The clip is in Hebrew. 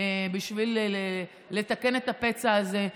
בשביל לתקן את הפצע הזה,